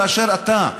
כאשר אתה,